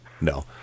No